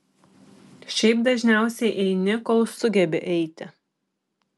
šiaip dažniausiai eini kol sugebi eiti